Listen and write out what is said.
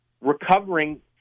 recovering